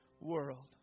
world